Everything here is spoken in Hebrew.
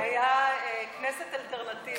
היה כנסת אלטרנטיבית.